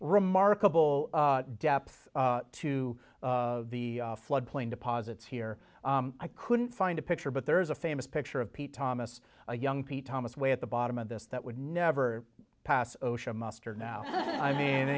remarkable depths to the flood plain deposits here i couldn't find a picture but there's a famous picture of p thomas a young pete thomas way at the bottom of this that would never pass ocean muster now i mean